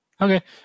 okay